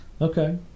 Okay